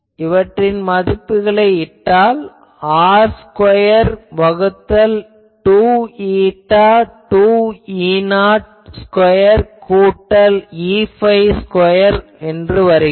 இவற்றின் மதிப்புகளை இட்டால் r ஸ்கொயர் வகுத்தல் 2η 2Eθ ஸ்கொயர் கூட்டல் Eϕ ஸ்கொயர் ஆகும்